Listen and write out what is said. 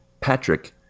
Patrick